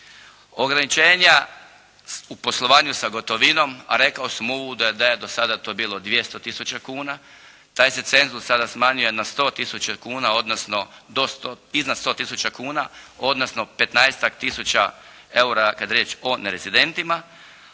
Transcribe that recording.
Ograničenja u poslovanju sa gotovinom, a rekao sam u uvodu da je do sada to bilo 200000 kuna. Taj se cenzus sada smanjuje na 100000 kuna, odnosno iznad 100000 kuna, odnosno petnaestak